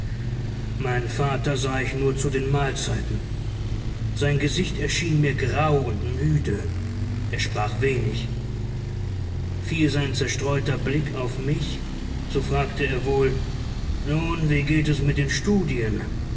meinen vater sah ich nur zu den mahlzeiten sein gesicht erschien mir grau und müde er sprach wenig fiel sein zerstreuter blick auf mich so fragte er wohl nun wie geht es mit den studien